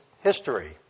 history